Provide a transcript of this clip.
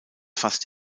fast